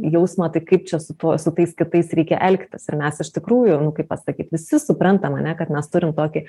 jausmą tai kaip čia su tuo su tais kitais reikia elgtis ir mes iš tikrųjų nu kaip pasakyt visi suprantam ane kad mes turim tokį